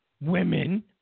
women